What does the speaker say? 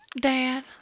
Dad